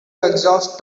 exhaust